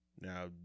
Now